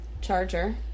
charger